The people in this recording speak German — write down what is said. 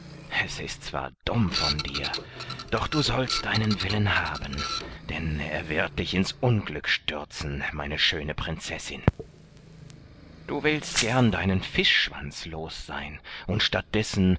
es ist zwar dumm von dir doch sollst du deinen willen haben denn er wird dich ins unglück stürzen meine schöne prinzessin du willst gern deinen fischschwanz los sein und